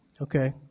Okay